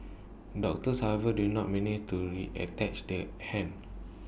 doctors however did not manage to reattach the hand